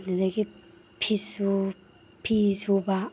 ꯑꯗꯨꯗꯒꯤ ꯐꯤ ꯁꯨꯕ